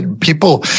People